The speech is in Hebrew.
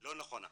לא נכונה.